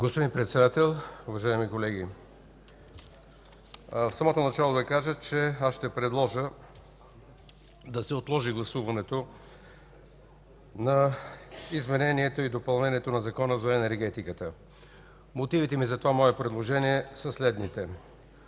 Господин Председател, уважаеми колеги! В самото начало да кажа, че ще предложа да се отложи гласуването на изменението и допълнението на Закона за енергетиката. Мотивите ми за това мое предложение са следните.